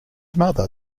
mother